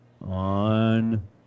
on